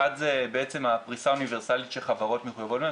אחד זה הפריסה האוניברסלית שחברות מחויבות בה,